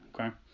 Okay